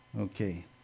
Okay